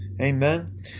Amen